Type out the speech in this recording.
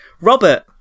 Robert